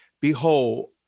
Behold